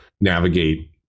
navigate